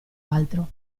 altro